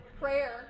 prayer